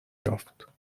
یافت